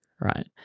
Right